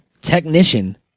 technician